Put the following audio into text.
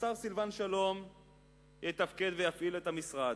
השר סילבן שלום יתפקד ויפעיל את המשרד.